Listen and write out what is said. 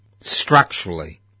structurally